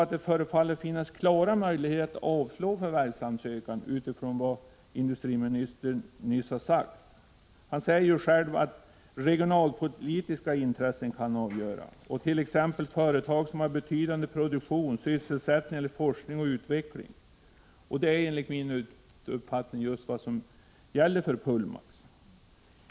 1 april 1986 Jag vill påstå att det utifrån vad industriministern nyss har sagt förefaller ä Sr 5 sö ör ;r K 5 Om utländska förvärv finnas klara möjligheter att avslå förvärvsansökan. Han säger själv att - av svenska företag regionalpolitiska intressen kan vara avgörande, t.ex. företag som har betydande produktion, sysselsättning eller forskning och utveckling. Det är enligt min uppfattning just vad som gäller för Pullmax.